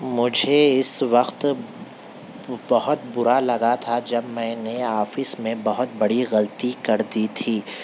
مجھے اس وقت بہت برا لگا تھا جب میں نے آفس میں بہت بڑی غلطی کر دی تھی